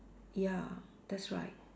ya that's right